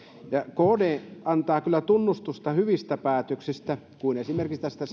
kd antaa kyllä tunnustusta hyvistä päätöksistä esimerkiksi tästä